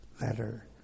letter